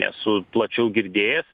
nesu plačiau girdėjęs